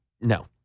no